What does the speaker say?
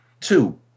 Two